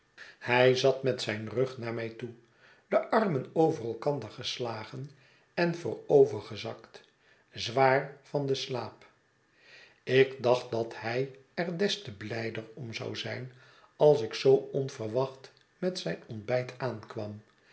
hij zat met zijn rug naar mij toe de armen over elkander geslagen en voorovergezakt zwaar van den slaap ik dacht dat hij er des te blijder om zou zijn als ik zoo onverwacht met zijn ontbijt aankwam